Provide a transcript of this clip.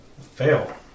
Fail